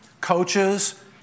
coaches